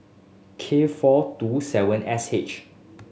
K four two seven S H